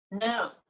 No